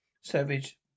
savage